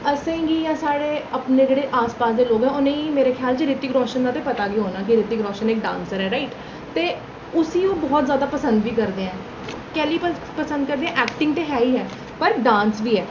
असेंगी जां साढ़े अपने जेह्ड़े आसपास दे लोक न उनेंगी मेरे ख्याल च रीतिक रोशन दा ते पता गै होना कि रीतिक रोशन इक डांसर ऐ राइट ते उसी ओह् बड़ा जादा पसंद बी करदे ऐं कैल्ली प पसंद करदे ऐं ऐक्टिंग ते है ही ऐ पर डांस बी ऐ